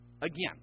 again